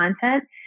content